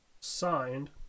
signed